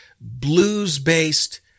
blues-based